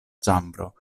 ĉambro